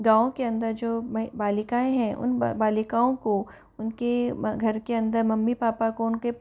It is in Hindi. गाँव के अंदर जो में बालिकाएँ हैं उन बालिकाओं को उनके घर के अंदर मम्मी पापा को उनके